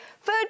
food